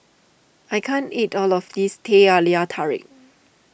I can't eat all of this Teh Halia Tarik